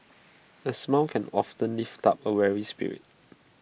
A smile can often lift up A weary spirit